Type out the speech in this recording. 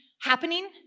happening